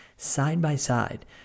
side-by-side